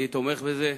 אני תומך בזה,